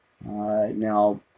now